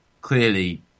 clearly